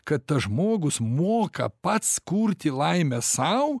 kad tas žmogus moka pats kurti laimę sau